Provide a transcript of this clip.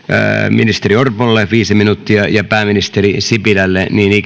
ministeri orpolle viisi minuuttia ja pääministeri sipilälle niin